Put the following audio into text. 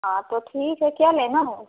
हाँ तो ठीक है क्या लेना है